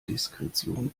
diskretion